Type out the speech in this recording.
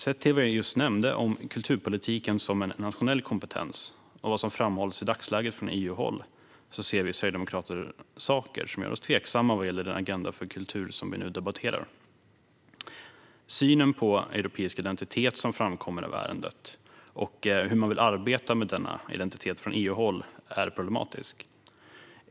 Sett till vad jag just nämnde om kulturpolitiken som en nationell kompetens och vad som framhålls från EU-håll i dagsläget ser dock vi sverigedemokrater saker som gör oss tveksamma vad gäller den agenda för kultur som vi nu diskuterar. Den syn på europeisk identitet som framkommer av ärendet är problematisk, och hur man vill arbeta med denna identitet från EU-håll är problematiskt.